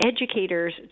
educators